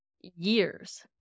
years